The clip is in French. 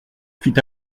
fit